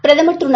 பிரதமர் திரு